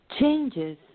Changes